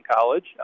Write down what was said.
college